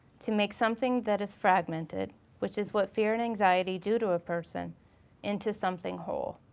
to make something that is fragmented which is what fear and anxiety do to a person into something whole.